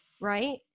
right